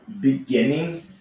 beginning